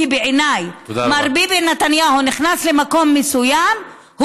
כי בעיניי מר ביבי נתניהו נכנס למקום מסוים,